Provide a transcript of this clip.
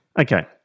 Okay